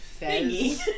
thingy